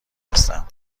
هستم